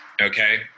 okay